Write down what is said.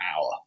hour